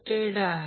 8°अँपिअर आहे